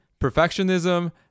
Perfectionism